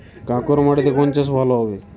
কাঁকর মাটিতে কোন চাষ ভালো হবে?